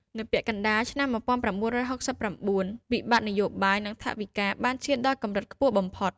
នៅពាក់កណ្តាលឆ្នាំ ១៩៦៩ វិបត្តិនយោបាយ និងថវិកាបានឈានដល់កម្រិតខ្ពស់បំផុត។